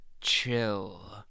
Chill